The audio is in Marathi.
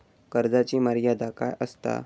कर्जाची मर्यादा काय असता?